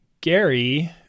Gary